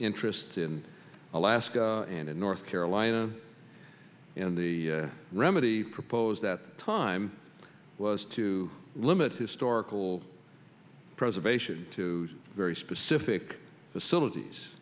interests in alaska and in north carolina and the remedy proposed that time was to limit historical preservation to very specific facilities